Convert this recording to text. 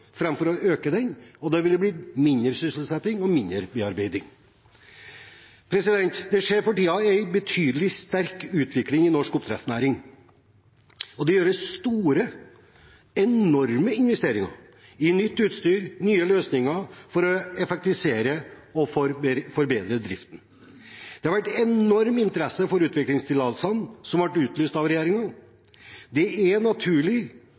å øke den, og det vil bli mindre sysselsetting og mindre bearbeiding. Det er for tiden en betydelig utvikling i norsk oppdrettsnæring. Det gjøres store – enorme – investeringer i nytt utstyr og nye løsninger for å effektivisere og forbedre driften. Det har vært en enorm interesse for utviklingstillatelsene som ble utlyst av regjeringen. Da er det naturlig